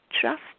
trust